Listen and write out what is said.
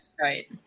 right